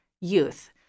youth